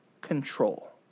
control